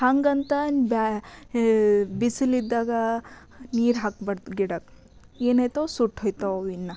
ಹಾಗಂತ ಬಿಸಿಲು ಇದ್ದಾಗ ನೀರು ಹಾಕ್ಬಾರ್ದು ಗಿಡಕ್ಕೆ ಏನಾಗ್ತದೆ ಸುಟ್ಟು ಹೋಗ್ತಾವೆ ಅವಿನ್ನೂ